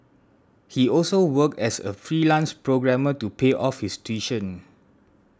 he also worked as a freelance programmer to pay off his tuition